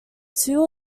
two